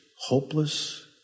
hopeless